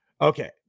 Okay